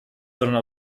sondern